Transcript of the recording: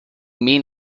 mean